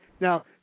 Now